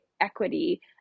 equity